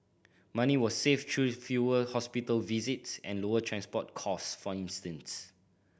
money was saved through fewer hospital visits and lower transport costs for instance